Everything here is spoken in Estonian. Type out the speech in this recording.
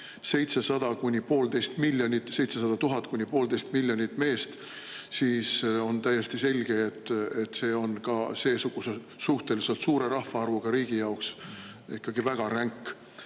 ütlen, erinevatel hinnangutel 700 000 kuni poolteist miljonit meest, siis on täiesti selge, et see on ka seesuguse suhteliselt suure rahvaarvuga riigi jaoks ikkagi väga ränk